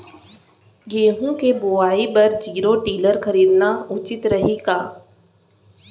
गेहूँ के बुवाई बर जीरो टिलर खरीदना उचित रही का?